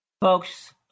Folks